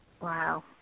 Wow